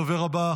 הדובר הבא,